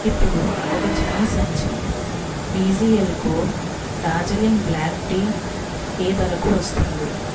ఇప్పుడు ఒక చిన్న సంచి డీజీఎల్ కో డార్జీలింగ్ బ్ల్యాక్ టీ ఏ ధరకు వస్తుంది